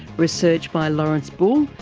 research by lawrence bull,